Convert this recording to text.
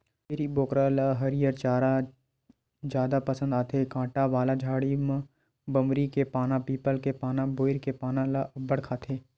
छेरी बोकरा ल हरियर चारा ह जादा पसंद आथे, कांटा वाला झाड़ी म बमरी के पाना, पीपल के पाना, बोइर के पाना ल अब्बड़ खाथे